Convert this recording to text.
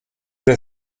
the